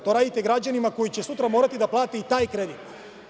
To radite građanima koji će sutra morati da plate i taj kredit.